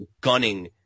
gunning